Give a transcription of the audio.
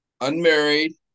unmarried